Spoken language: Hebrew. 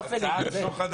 הצבעה בעד,